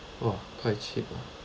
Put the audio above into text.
!wah! quite cheap ah